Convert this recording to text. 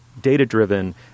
data-driven